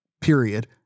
period